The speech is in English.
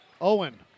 Owen